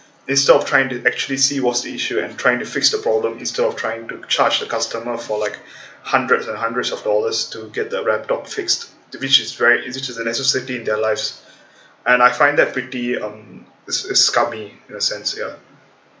instead of trying to actually see what's the issue and trying to fix the problem instead of trying to charge the customer for like hundreds and hundreds of dollars to get the laptop fixed to which is very which is necessity in their lives and I find that pretty um it's it's scummy in a sense ya